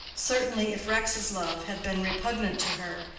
certainly if rex's love had been repugnant to her,